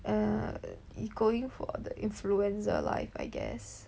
err he going for the influencer life I guess